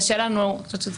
קשה לנו --- כן,